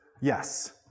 yes